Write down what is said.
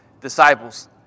disciples